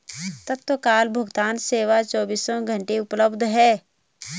तत्काल भुगतान सेवा चोबीसों घंटे उपलब्ध है